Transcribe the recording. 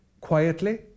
quietly